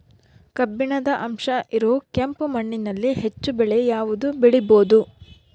ಕಬ್ಬಿಣದ ಅಂಶ ಇರೋ ಕೆಂಪು ಮಣ್ಣಿನಲ್ಲಿ ಹೆಚ್ಚು ಬೆಳೆ ಯಾವುದು ಬೆಳಿಬೋದು?